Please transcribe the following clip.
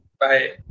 bye